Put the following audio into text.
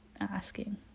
asking